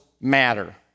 matter